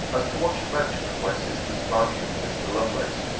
as to what you mention of my sister's value for mr. lovelace,